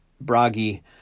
Bragi